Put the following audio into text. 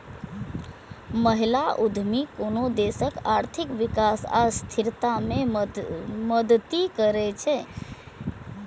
महिला उद्यमी कोनो देशक आर्थिक विकास आ स्थिरता मे मदति करै छै